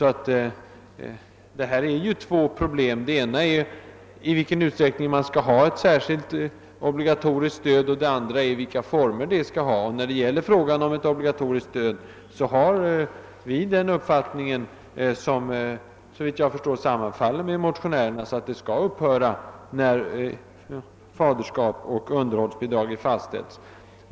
Det gäller här två problem. Det ena är i vilken utsträckning man skall ha ett särskilt obligatoriskt stöd. och det andra vilka former detta stöd skall ha. När det gäller frågan om ett obliga toriskt stöd har vi den uppfattningen, vilken såvitt jag förstår sammanfaller med motionärernas, att stödet skall upphöra när faderskapet och underhållsbidraget blir fastställt.